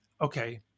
okay